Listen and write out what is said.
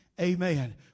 amen